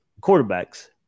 quarterbacks